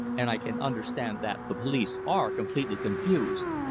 and i can understand that the police are completely confused.